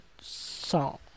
song